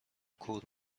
کور